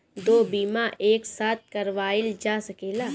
दो बीमा एक साथ करवाईल जा सकेला?